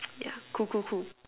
yeah cool cool cool